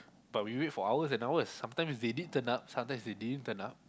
but we wait for hours and hours sometimes they did turn up sometimes they didn't turn up